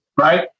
Right